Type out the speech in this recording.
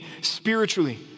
spiritually